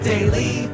Daily